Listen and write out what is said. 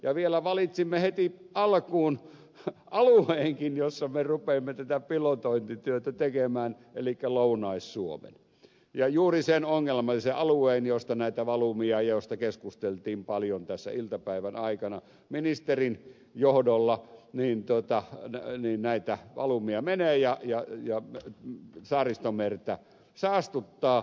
ja vielä valitsimme heti alkuun alueenkin jolla me rupeamme tätä pilotointityötä tekemään elikkä lounais suomen juuri sen ongelmallisen alueen jolta näitä valumia joista keskusteltiin paljon tässä iltapäivän aikana ministerin johdolla menee saaristomereen ja saastuttaa sitä